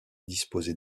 disposer